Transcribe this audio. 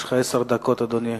יש לך עשר דקות, אדוני.